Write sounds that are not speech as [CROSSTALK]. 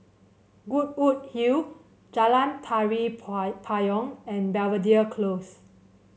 Goodwood Hill Jalan Tari [UNINTELLIGIBLE] Payong and Belvedere Close